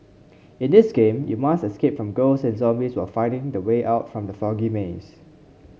in this game you must escape from ghosts and zombies while finding the way out from the foggy maze